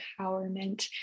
empowerment